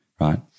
right